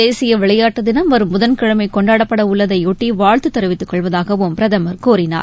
தேசிய விளையாட்டு தினம் வரும் புதன்கிழமை கொண்டாடப்படவுள்ளதை யொட்டி வாழ்த்துத் தெரிவித்துக் கொள்வதாகவும் பிரதமர் கூறினார்